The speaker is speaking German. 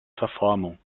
verformung